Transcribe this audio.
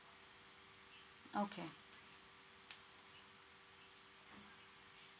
okay